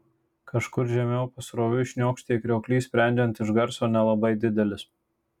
kažkur žemiau pasroviui šniokštė krioklys sprendžiant iš garso nelabai didelis